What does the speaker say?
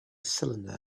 cylinder